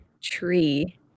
tree